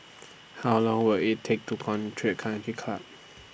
How Long Will IT Take to Country Country Club